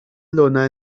lona